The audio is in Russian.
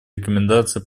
рекомендации